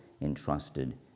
entrusted